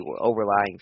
overlying